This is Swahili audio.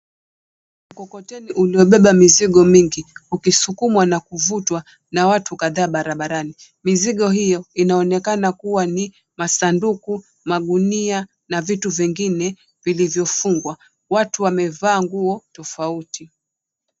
Mkokoteni uliobeba mizigo mingi ukisukumwa na kuvutwa na watu kadhaa barabarani. Mizigo hio inaonekana kuwa ni masanduku, magunia na vitu vingine vilivyofungwa. Watu wamevaa nguo tofauti.